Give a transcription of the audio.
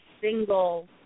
single